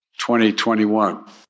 2021